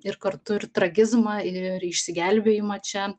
ir kartu ir tragizmą ir išsigelbėjimą čia